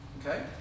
Okay